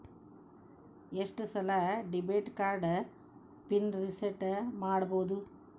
ಎಷ್ಟ ಸಲ debit card PIN reset ಮಾಡಬೋದು